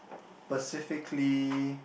specifically